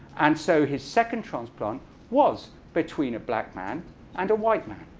and so, his second transplant was between a black man and a white man.